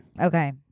Okay